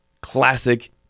Classic